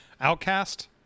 Outcast